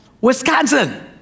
Wisconsin